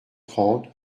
trente